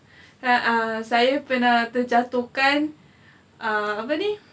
ah saya pernah terjatuhkan uh apa ni